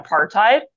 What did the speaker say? apartheid